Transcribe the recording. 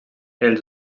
els